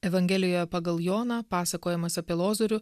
evangelijoje pagal joną pasakojimas apie lozorių